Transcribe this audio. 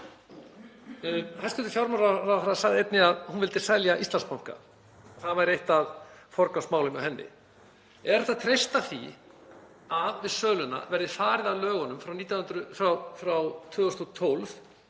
Hæstv. fjármálaráðherra sagði einnig að hún vildi selja Íslandsbanka. Það væri eitt af forgangsmálum hjá henni. Er hægt að treysta því að við söluna verði farið að lögunum frá 2012,